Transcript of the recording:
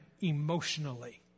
emotionally